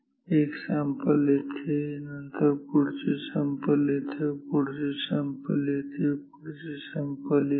एक सॅम्पल येथे नंतर पुढचे सॅम्पल इथे पुढचे सॅम्पल इथे पुढचे सॅम्पल इथे